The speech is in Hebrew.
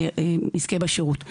ומי שיזכה בשירות.